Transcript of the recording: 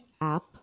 app